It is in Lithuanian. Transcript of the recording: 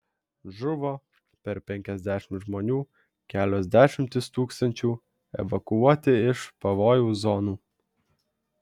žuvo per penkiasdešimt žmonių kelios dešimtys tūkstančių evakuoti iš pavojaus zonų